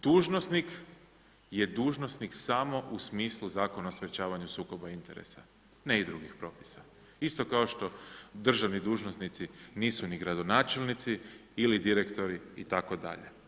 Dužnosnik je dužnosnik samo u smislu Zakona o sprečavanju sukoba interesa ne i drugih propisa, isto kao što državni dužnosnici nisu ni gradonačelnici ili direktori itd.